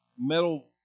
metal